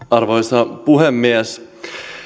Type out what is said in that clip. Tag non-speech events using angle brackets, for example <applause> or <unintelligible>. <unintelligible> arvoisa puhemies